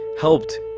helped